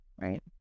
right